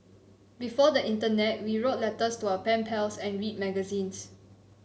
before the internet we wrote letters to our pen pals and read magazines